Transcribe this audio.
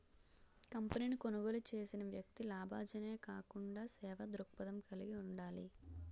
కంపెనీని కొనుగోలు చేసిన వ్యక్తి లాభాజనే కాకుండా సేవా దృక్పథం కలిగి ఉండాలి